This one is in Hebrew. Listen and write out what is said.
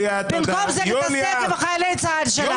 במקום להתעסק עם חיילי צה"ל שלנו.